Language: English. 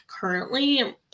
currently